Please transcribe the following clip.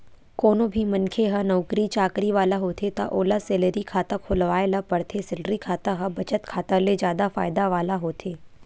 कोनो भी मनखे ह नउकरी चाकरी वाला होथे त ओला सेलरी खाता खोलवाए ल परथे, सेलरी खाता ह बचत खाता ले जादा फायदा वाला होथे